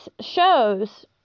shows